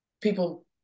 people